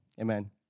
Amen